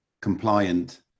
compliant